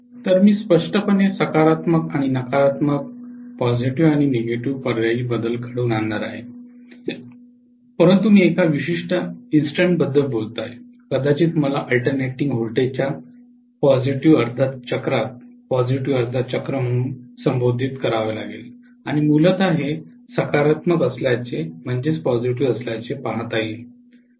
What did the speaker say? तर मी स्पष्टपणे सकारात्मक आणि नकारात्मक पर्यायी बदल घडवून आणणार आहे परंतु मी एका विशिष्ट इन्स्टंटबद्दल बोलतो आहे कदाचित मला अल्टरनेटिंग व्होल्टेजच्या सकारात्मक अर्ध्या चक्रात पॉझिटिव्ह अर्ध्या चक्र म्हणून कॉल करावे आणि मूलत हे सकारात्मक असल्याचे पाहता येईल